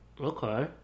Okay